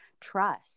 trust